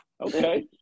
Okay